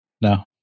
No